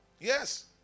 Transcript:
Yes